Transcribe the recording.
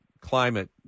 climate